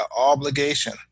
obligation